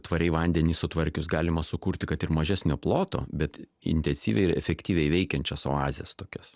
tvariai vandenį sutvarkius galima sukurt kad ir mažesnio ploto bet intensyviai ir efektyviai veikiančias oazės tokias